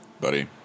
buddy